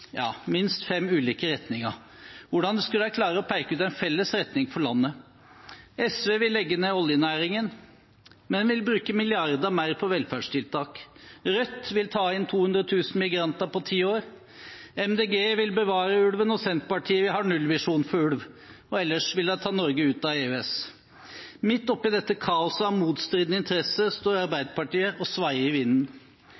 minst fem ulike retninger. Hvordan skulle de ha klart å peke ut en felles retning for landet? SV vil legge ned oljenæringen, men vil bruke milliarder mer på velferdstiltak. Rødt vil ta inn 200 000 migranter på ti år. Miljøpartiet De Grønne vil bevare ulven, og Senterpartiet har nullvisjon for ulv, og ellers vil de ta Norge ut av EØS. Midt oppi dette kaoset av motstridende interesser står